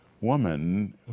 woman